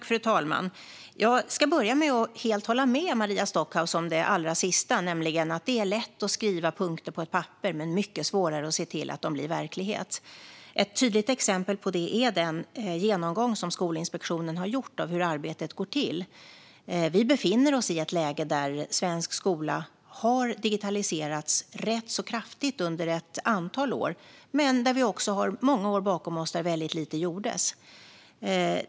Fru talman! Jag ska börja med att helt hålla med Maria Stockhaus om det allra sista. Det är lätt att skriva punkter på ett papper men mycket svårare att se till att de blir verklighet. Ett tydligt exempel på det är den genomgång som Skolinspektionen har gjort av hur arbetet går till. Vi befinner oss i ett läge där svensk skola har digitaliserats rätt så kraftigt under ett antal år. Vi har också många år bakom oss där väldigt lite gjordes.